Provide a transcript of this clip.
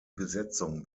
besetzung